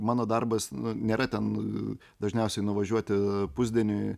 mano darbas nėra ten dažniausiai nuvažiuoti pusdieniui